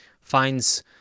finds